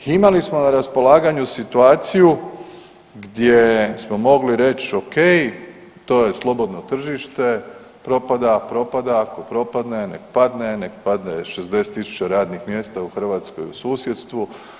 Imali smo na raspolaganju situaciju gdje smo mogli reći ok, to je slobodno tržište, propada, propada, ako propadne nek padne, nek padne 60 tisuća radnih mjesta u Hrvatskoj i susjedstvu.